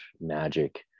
magic